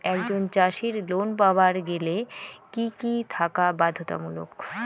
একজন চাষীর লোন পাবার গেলে কি কি থাকা বাধ্যতামূলক?